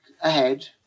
ahead